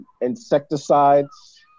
Insecticides